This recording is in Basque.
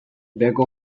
beheko